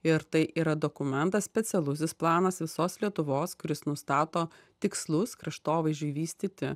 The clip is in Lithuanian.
ir tai yra dokumentas specialusis planas visos lietuvos kuris nustato tikslus kraštovaizdžiui vystyti